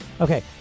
Okay